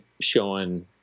showing